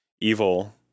evil